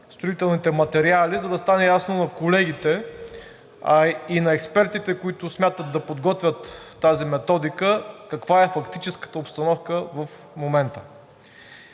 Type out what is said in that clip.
строителните материали, за да стане ясно на колегите и на експертите, които смятат да подготвят тази методика, каква е фактическата обстановка в момента.